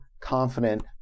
confident